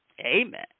Amen